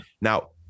Now